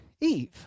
Eve